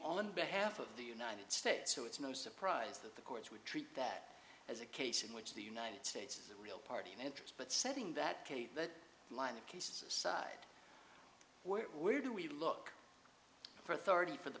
on behalf of the united states so it's no surprise that the courts would treat that as a case in which the united states the real party in interest but setting that kate that line of cases side where do we look for authority for the